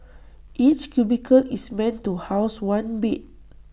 each cubicle is meant to house one bed